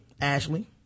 Ashley